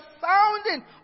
sounding